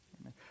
Amen